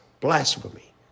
blasphemy